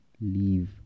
leave